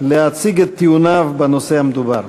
להציג את טיעוניו בנושא המדובר.